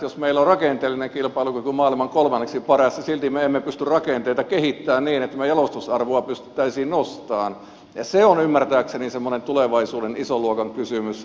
jos meillä on rakenteellinen kilpailukyky maailman kolmanneksi paras ja silti me emme pysty rakenteita kehittämään niin että me jalostusarvoa pystyisimme nostamaan niin se on ymmärtääkseni semmoinen tulevaisuuden ison luokan kysymys